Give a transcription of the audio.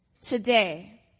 Today